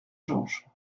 georges